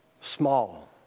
small